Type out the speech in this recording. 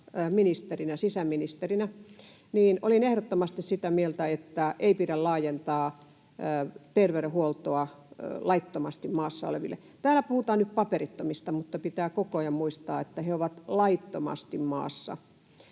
ministerinä, sisäministerinä, olin ehdottomasti sitä mieltä, että ei pidä laajentaa terveydenhuoltoa laittomasti maassa oleville. Täällä puhutaan nyt paperittomista, mutta pitää koko ajan muistaa, että he ovat laittomasti maassa.